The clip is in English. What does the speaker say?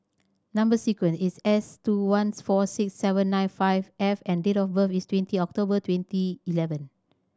number sequence is S two once four six seven nine five F and date of birth is twenty October twenty eleven